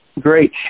Great